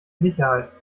sicherheit